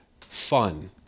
fun